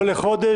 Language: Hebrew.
לא לחודש,